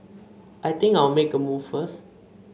I think I'll make a move first